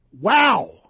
Wow